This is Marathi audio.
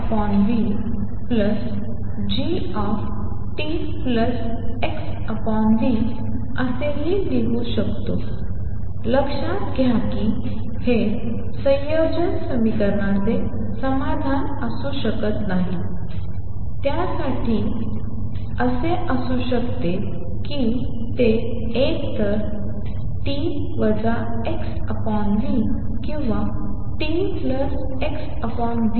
असेही लिहू शकतो लक्षात घ्या की हे संयोजन या समीकरणाचे समाधान असू शकत नाही ते त्यांच्यासाठी असू शकत नाही ते एकतर t xv किंवा txv